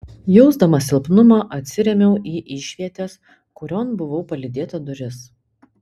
jausdama silpnumą atsirėmiau į išvietės kurion buvau palydėta duris